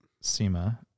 SEMA